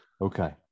Okay